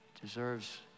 deserves